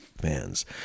fans